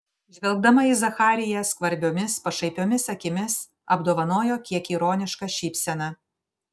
žvelgdama į zachariją skvarbiomis pašaipiomis akimis apdovanojo kiek ironiška šypsena